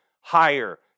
higher